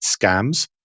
scams